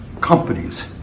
companies